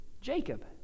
Jacob